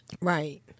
Right